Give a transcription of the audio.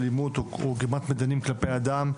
אלימות או גרימת מדנים כלפי אדם,